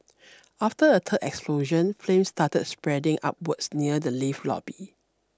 after a third explosion flames started spreading upwards near the lift lobby